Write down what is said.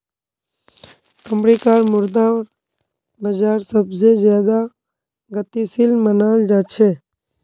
अमरीकार मुद्रा बाजार सबसे ज्यादा गतिशील मनाल जा छे